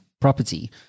property